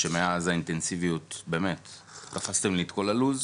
שמאז האינטנסיביות, באמת , דחסתם לי את כל הלו"ז,